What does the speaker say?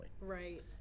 right